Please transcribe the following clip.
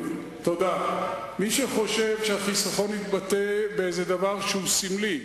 מי שחושב שהחיסכון יתבטא באיזה דבר שהוא סמלי,